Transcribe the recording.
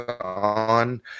on